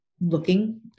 looking